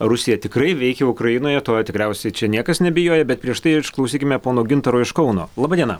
rusija tikrai veikia ukrainoje tuo tikriausiai čia niekas neabejoja bet prieš tai išklausykime pono gintaro iš kauno laba diena